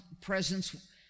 presence